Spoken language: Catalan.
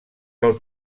del